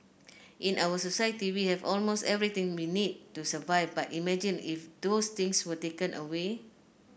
in our society we have almost everything we need to survive but imagine if those things were taken away